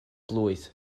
blwydd